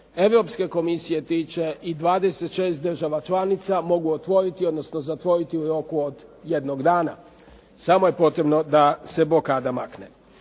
Europske komisije tiče i 26 država članica mogu otvoriti, odnosno zatvoriti u roku od jednog dana, samo je potrebno da se blokada makne.